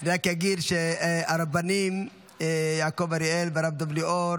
אני רק אגיד שהרבנים יעקב אריאל והרב דוב ליאור